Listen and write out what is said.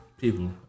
people